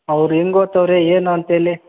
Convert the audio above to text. ಅವ್ರು ಹೆಂಗ್ ಓದ್ತಾವ್ರೆ ಏನು ಅಂತೇಳಿ